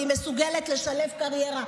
והיא מסוגלת לשלב קריירה.